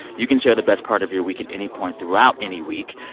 you can share the best part of your week at any point throughout any week.